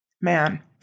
man